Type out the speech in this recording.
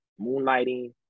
moonlighting